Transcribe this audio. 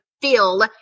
feel